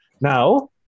Now